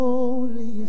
Holy